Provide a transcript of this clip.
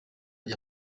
rya